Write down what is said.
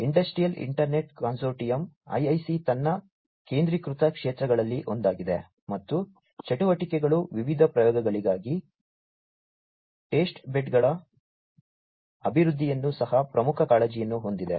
industrial internet consortium IIC ತನ್ನ ಕೇಂದ್ರೀಕೃತ ಕ್ಷೇತ್ರಗಳಲ್ಲಿ ಒಂದಾಗಿದೆ ಮತ್ತು ಚಟುವಟಿಕೆಗಳು ವಿವಿಧ ಪ್ರಯೋಗಗಳಿಗಾಗಿ ಟೆಸ್ಟ್ಬೆಡ್ಗಳ ಅಭಿವೃದ್ಧಿಯನ್ನು ಸಹ ಪ್ರಮುಖ ಕಾಳಜಿಯನ್ನು ಹೊಂದಿದೆ